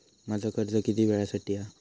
माझा कर्ज किती वेळासाठी हा?